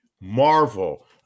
Marvel